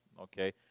okay